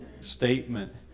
statement